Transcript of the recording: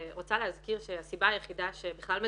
עוד נושא אחד שההצגה מעלה והוא לא